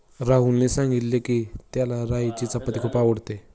राहुलने सांगितले की, त्याला राईची चपाती खूप आवडते